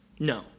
No